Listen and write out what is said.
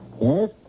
Yes